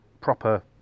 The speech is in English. proper